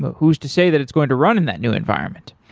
who's to say that it's going to run in that new environment?